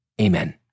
Amen